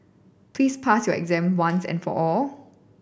please pass your exam once and for all